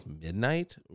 midnight